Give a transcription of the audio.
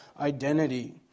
identity